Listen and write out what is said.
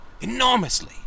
enormously